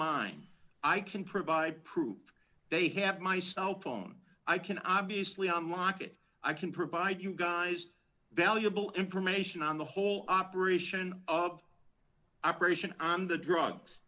mine i can provide proof they have my cell phone i can obviously unlock it i can provide you guys valuable information on the whole operation of operation on the drugs